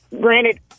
Granted